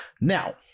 Now